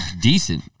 decent